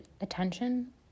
attention